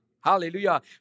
Hallelujah